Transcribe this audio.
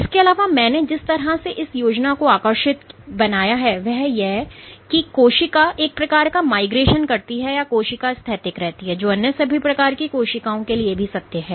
इसके अलावा मैंने जिस तरह से इस योजना को आकर्षित बनाया है वह यह की कोशिका एक प्रकार का माइग्रेशन करती है या कोशिका स्थैतिक रहती है जो अन्य सभी प्रकार की कोशिकाओं के लिए भी सत्य है